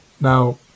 Now